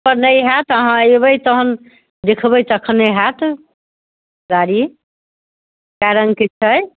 phone पर नहि होयत अहाँ अयबै तहन देखबै तखने होयत गाड़ीके रङ्गके छै